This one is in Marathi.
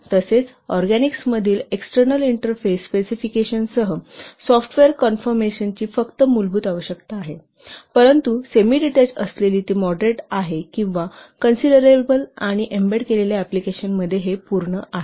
तसेच ऑरगॅनिक मधील एक्सटेर्नल इंटरफेस स्पेसिफिकेशनसह सॉफ्टवेअर कॉन्फरमन्सची फक्त मूलभूत आवश्यकता आहे परंतु सेमीडीटेच असलेली ती मॉडरेट किंवा कन्सिडरेबल आहे आणि एम्बेडेड अप्लिकेशन मध्ये हे पूर्ण आहे